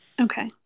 Okay